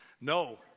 No